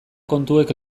kontuek